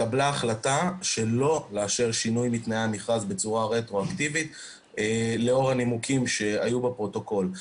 שינוי בתנאי המכרז בצורה רטרואקטיבית לאור הנימוקים שהיו בפרוטוקול.